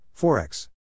Forex